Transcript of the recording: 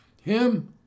Him